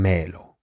Melo